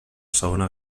segona